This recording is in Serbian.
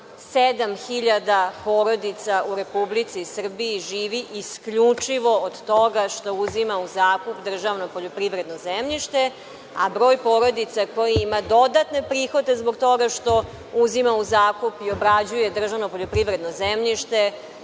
7.000 porodica u Republici Srbiji živi isključivo od toga što uzima u zakup državno poljoprivredno zemljište, a broj porodica koji ima dodatne prihode zbog toga što uzima u zakup i obrađuje državno poljoprivredno zemljište